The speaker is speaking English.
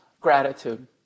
gratitude